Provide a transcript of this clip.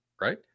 right